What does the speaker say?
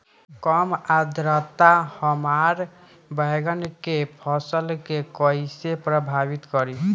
कम आद्रता हमार बैगन के फसल के कइसे प्रभावित करी?